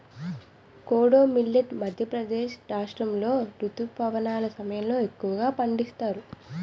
kodo millet Madhya Pradesh రాష్ట్రాములో రుతుపవనాల సమయంలో ఎక్కువగా పండిస్తారు